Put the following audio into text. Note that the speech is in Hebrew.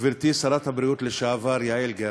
גברתי שרת הבריאות לשעבר יעל גרמן,